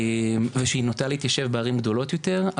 ושהיא נוטה להתיישב בערים גדולות יותר,